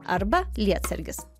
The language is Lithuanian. arba lietsargis